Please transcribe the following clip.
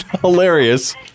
Hilarious